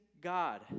God